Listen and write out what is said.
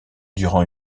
durant